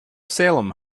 salem